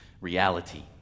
reality